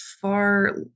far